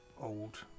old